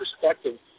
perspective